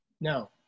No